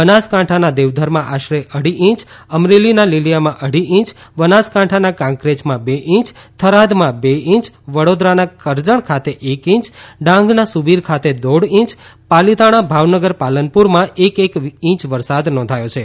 બનાસકાંઠાના દેવધરમાં આશરે અઢી છેંચ અમરેલીના લીલીયામાં અઢી ઇંચ બનાસકાંઠાના કાંકરેજમાં બે ઇંચ થરાદમાં બે ઇંચ વડોદરાના કરજણ ખાતે એક ઇંચ ડાંગના સુબીર ખાતે દોઢ ઇંચ પાલીતાણા ભાવનગર પાલનપુરમાં એક એક ઇંચ વરસાદ નોંધાયો છે